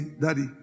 Daddy